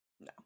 No